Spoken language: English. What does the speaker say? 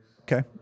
Okay